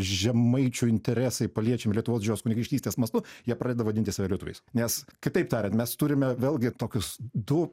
žemaičių interesai paliečiami lietuvos didžios kunigaikštystės mastu jie pradeda vadinti save lietuviais nes kitaip tariant mes turime vėlgi tokius du